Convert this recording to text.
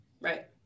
Right